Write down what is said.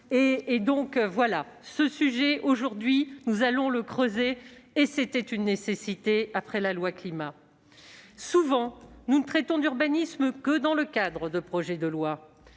grand projet de loi. Aujourd'hui, nous allons creuser ce sujet, c'était une nécessité après la loi Climat. Souvent, nous ne traitons d'urbanisme que dans le cadre de projets de loi,